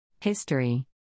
History